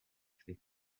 faits